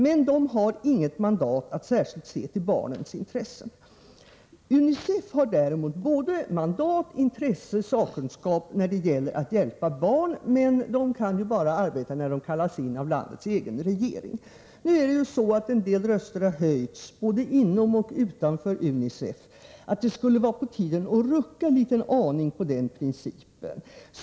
Men Röda korset har inget mandat att särskilt se till barnens intressen. UNICEF har däremot både mandat, intresse och sakkunskap när det gäller att hjälpa barn. Men detta organ kan ju bara arbeta när det kallas in av landets egen regering. Nu har ju en del röster höjts, både inom och utanför UNICEF, om att det skulle vara på tiden att rucka en liten aning på den principen.